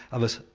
others,